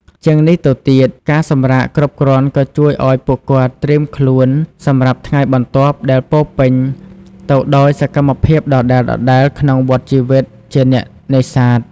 ជាងនេះទៅទៀត ការសម្រាកគ្រប់គ្រាន់ក៏ជួយឲ្យពួកគាត់ត្រៀមខ្លួនសម្រាប់ថ្ងៃបន្ទាប់ដែលពោរពេញទៅដោយសកម្មភាពដដែលៗក្នុងវដ្តជីវិតជាអ្នកនេសាទ។